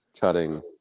cutting